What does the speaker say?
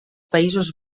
països